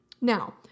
Now